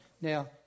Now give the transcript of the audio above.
Now